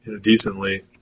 decently